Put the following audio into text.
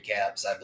recaps